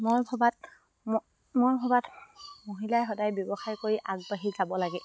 মই ভবাত মই মোৰ ভবাত মহিলাই সদায় ব্যৱসায় কৰি আগবাঢ়ি যাব লাগে